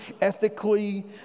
ethically